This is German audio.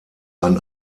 ein